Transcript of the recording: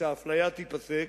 שהאפליה תיפסק,